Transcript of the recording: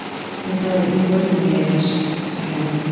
and so that you would engage again